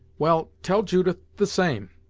well, tell judith the same.